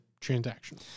transaction